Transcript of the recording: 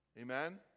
Amen